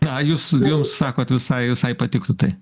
na jūs jums sakot visai visai patiktų tai